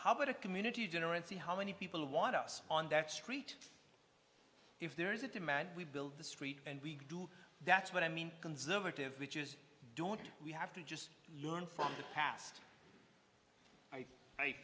how about a community dinner and see how many people want us on that street if there is a demand we build the street and we do that's what i mean conservative which is don't we have to just learn from the past i